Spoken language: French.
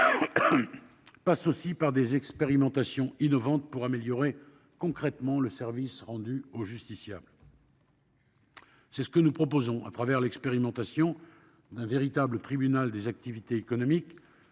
passe aussi par des expérimentations innovantes visant à améliorer concrètement le service rendu au justiciable. C'est ce que nous proposons, à travers l'expérimentation d'un véritable tribunal des activités économiques.